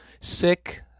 sick